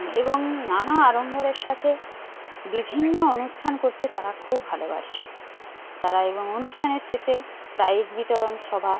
এবং নানা আড়ম্বরের সাথে বিভিন্ন অনুষ্ঠান করতে তারা খুব ভালোবাসে তারা এবং অনুষ্ঠানের শেষে প্রাইজ বিতরণ সভা